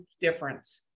difference